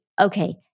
Okay